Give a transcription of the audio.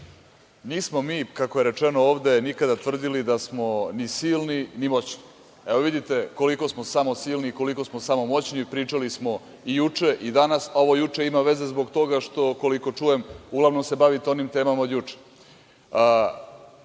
nismo mi, kako je rečeno ovde, nikada tvrdili da smo ni silni, ni moćni. Vidite koliko smo samo silni i koliko smo samo moćni pričali smo i juče i danas, a ovo juče ima veze zbog toga što, koliko čujem, uglavnom se bavite onim temama od juče.